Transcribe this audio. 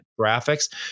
graphics